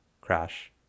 Crash